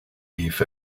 beef